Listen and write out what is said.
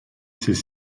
ses